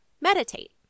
meditate